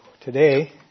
today